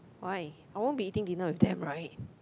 why I won't be eating dinner with them [right]